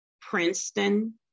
Princeton